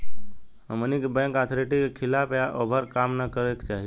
हमनी के bank authority के खिलाफ या ओभर काम न करे के चाही